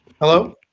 Hello